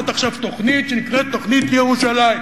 עכשיו תוכנית שנקראת "תוכנית ירושלים".